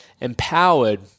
empowered